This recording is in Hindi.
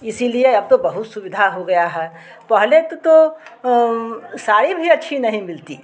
इसीलिए अब तो बहुत सुविधा हो गया है पहले के तो साड़ी भी अच्छी नहीं मिलती